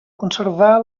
conservar